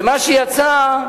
ומה שיצא,